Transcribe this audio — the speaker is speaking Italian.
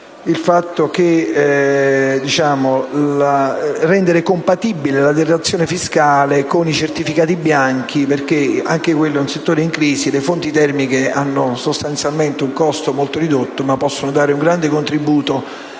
il fatto di rendere compatibile la detrazione fiscale con i certificati bianchi. Anche questo è, infatti, un settore in crisi e le fonti termiche hanno sostanzialmente un costo molto ridotto, ma possono dare un grande contributo